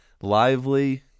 lively